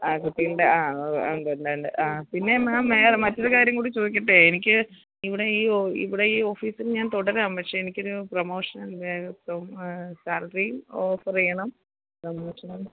ആ കുട്ടിയുണ്ട് ആ ഉണ്ടുണ്ടുണ്ട് ആ പിന്നേ മാം മറ്റൊരു കാര്യം കൂടി ചോദിക്കട്ടെ എനിക്ക് ഇവിടെ ഈ ഇവിടെ ഈ ഓഫീസില് ഞാന് തുടരാം പക്ഷെ എനിക്കൊരു പ്രൊമോഷൻ എന്തായാലും ഇപ്പോള് സാലറിയും ഓഫറേയ്യണം പ്രൊമോഷനും